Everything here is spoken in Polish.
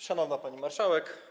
Szanowna Pani Marszałek!